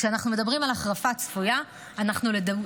כשאנחנו מדברים על החרפה צפויה אנחנו מדברים,